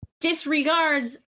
Disregards